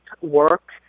work